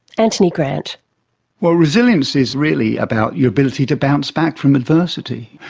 anthony grant well, resilience is really about your ability to bounce back from adversity,